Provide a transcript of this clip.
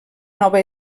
nova